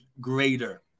greater